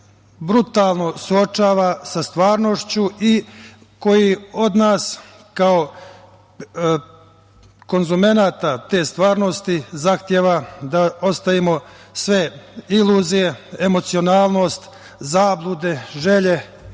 brutalno suočava sa stvarnošću i koji od nas kao konzumenata te stvarnosti zahteva da ostavimo sve iluzije, emocionalnost, zablude, želje,